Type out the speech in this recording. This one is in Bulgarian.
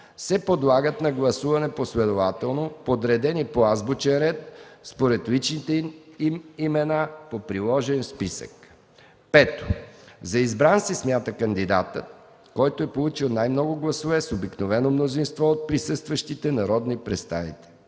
се подлагат на гласуване последователно, подредени по азбучен ред според личните им имена по приложен списък. 5. За избран се смята кандидатът, който е получил най много гласове с обикновено мнозинство от присъстващите народни представители.